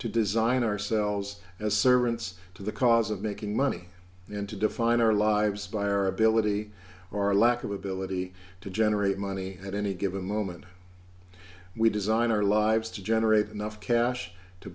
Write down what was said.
to design ourselves as servants to the cause of making money and to define our lives by our ability or lack of ability to generate money at any given moment we design our lives to generate enough cash to